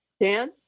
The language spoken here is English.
Dan